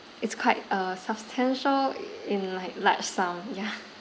it's quite uh substantial uh in like large sum ya